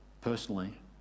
personally